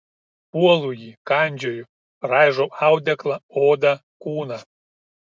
puolu jį kandžioju raižau audeklą odą kūną